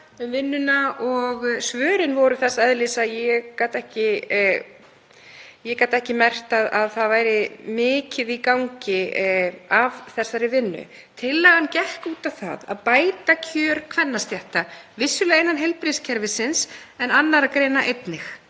um vinnuna og svörin voru þess eðlis að ég gat ekki merkt að það væri mikið í gangi í þeirri vinnu. Tillagan gekk út á það að bæta kjör kvennastétta, vissulega innan heilbrigðiskerfisins en annarra greina einnig,